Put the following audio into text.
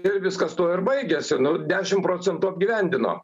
ir viskas tuo ir baigėsi nu dešim procentų apgyvendino